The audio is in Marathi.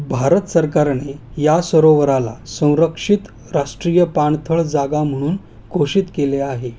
भारत सरकारने या सरोवराला संरक्षित राष्ट्रीय पाणथळ जागा म्हणून घोषित केले आहे